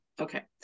Okay